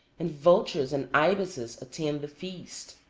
and vultures and ibises attend the feast.